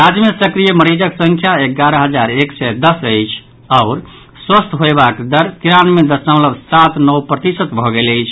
राज्य मे सक्रिय मरीजक संख्या एगारह हजार एक सय दस अछि आओर स्वस्थ होयबाक दर तिरानवे दशमलव सात नओ प्रतिशत भऽ गेल अछि